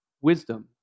wisdom